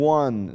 one